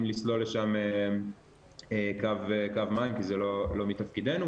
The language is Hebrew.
לסלול לשם קו מים כי זה לא מתפקידנו.